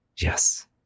yes